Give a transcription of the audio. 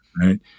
right